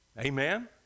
amen